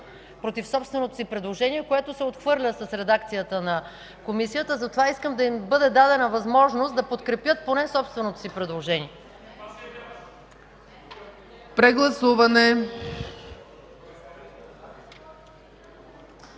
против собственото си предложение, което се отхвърля с редакцията на Комисията. Затова искам да им бъде дадена възможност да подкрепят поне собственото си предложение. ПРЕДСЕДАТЕЛ